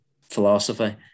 philosophy